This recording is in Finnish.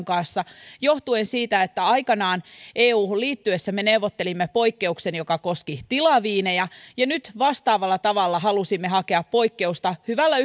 kanssa johtuen siitä että aikanaan euhun liittyessämme neuvottelimme poikkeuksen joka koski tilaviinejä ja nyt vastaavalla tavalla halusimme hakea poikkeusta hyvällä